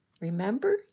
remember